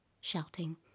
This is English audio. shouting